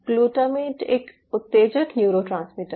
glutamate एक उत्तेजक neurotransmitter है